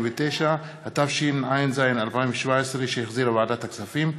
29), התשע"ז 2017, שהחזירה ועדת הכספים.